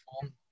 form